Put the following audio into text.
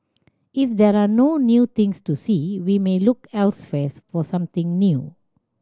if there are no new things to see we may look elsewhere for something new